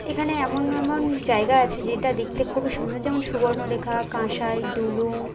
এখানে এমন এমন জায়গা আছে যেটা দেখতে খুবই সুন্দর যেমন সুবর্ণরেখা কাঁসাই দুলুং